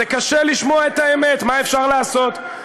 זה קשה לשמוע את האמת, מה אפשר לעשות?